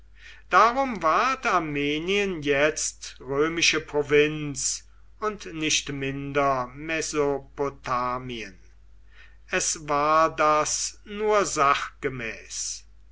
darum ward armenien jetzt römische provinz und nicht minder mesopotamien es war das nur